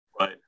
Right